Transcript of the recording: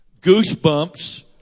Goosebumps